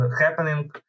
happening